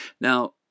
Now